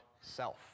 self